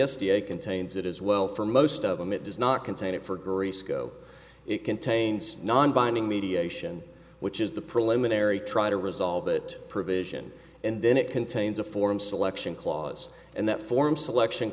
a contains it as well for most of them it does not contain it for grace go it contains non binding mediation which is the preliminary try to resolve that provision and then it contains a form selection clause and that form selection